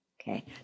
Okay